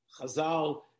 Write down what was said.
Chazal